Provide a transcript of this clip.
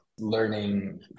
Learning